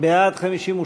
לסעיף 36,